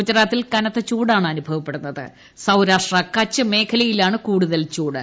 ഗുജറാത്തിൽ കനത്ത ചൂടാണ് അനുഭവപ്പെടുന്നത് സൃശാഷ്ട്ര കച്ച് മേഖലയിലാണ് കൂടുതൽ ചൂട്